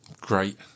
Great